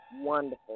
wonderful